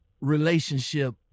relationship